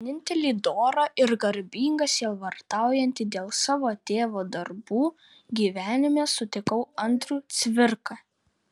vienintelį dorą ir garbingą sielvartaujantį dėl savo tėvo darbų gyvenime sutikau andrių cvirką